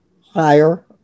higher